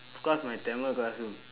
of course my tamil classroom